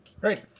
great